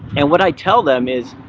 and what i tell them is,